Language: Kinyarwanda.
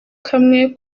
kamwe